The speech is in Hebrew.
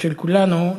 ושל כולנו,